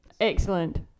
Excellent